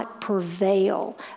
prevail